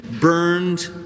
burned